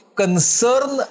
concern